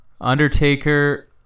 Undertaker